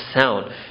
sound